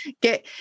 get